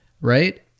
right